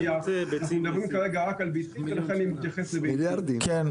זה לא